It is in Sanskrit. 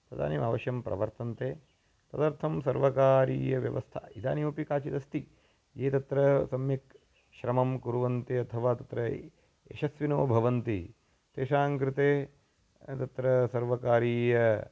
तदानीम् अवश्यं प्रवर्तन्ते तदर्थं सर्वकारीयव्यवस्था इदानीमपि काचिदस्ति ये तत्र सम्यक् श्रमं कुर्वन्ति अथवा तत्र यशस्विनो भवन्ति तेषां कृते तत्र सर्वकारीय